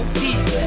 peace